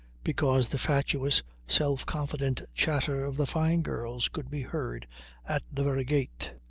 because the fatuous self-confident chatter of the fyne girls could be heard at the very gate.